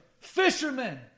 fishermen